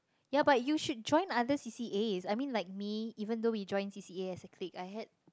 ya but you should join other C_C_As I mean like me even though we join C_C_A as a clique I had